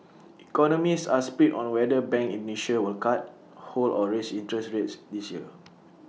economists are split on whether bank Indonesia will cut hold or raise interest rates this year